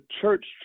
church